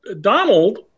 donald